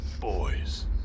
boys